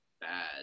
bad